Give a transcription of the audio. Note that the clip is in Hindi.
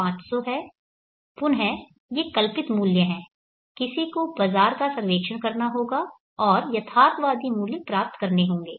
पुनः ये कल्पित मूल्य हैं किसी को बाजार का सर्वेक्षण करना होगा और यथार्थवादी मूल्य प्राप्त करने होंगे